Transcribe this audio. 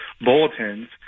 bulletins